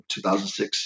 2006-